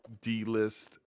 D-list